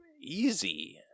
easy